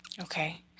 Okay